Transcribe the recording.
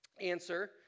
answer